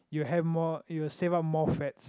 you have more you'll save up more fats